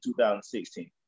2016